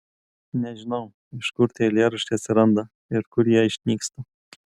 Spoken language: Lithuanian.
nežinau iš kur tie eilėraščiai atsiranda ir kur jie išnyksta